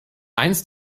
eins